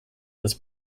this